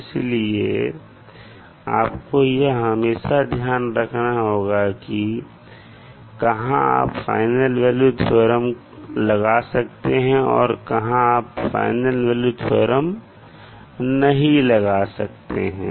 इसलिए आपको यह हमेशा ध्यान रखना होगा कि कहां आप फाइनल वैल्यू थ्योरम लगा सकते हैं और कहां आप फाइनल वैल्यू थ्योरम नहीं लगा सकते हैं